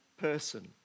person